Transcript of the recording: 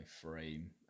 frame